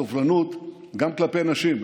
סובלנות גם כלפי נשים,